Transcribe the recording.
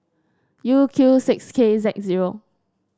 U Q six K Z zero